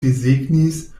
desegnis